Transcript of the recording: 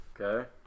Okay